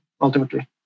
ultimately